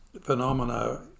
phenomena